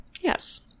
Yes